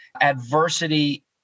Adversity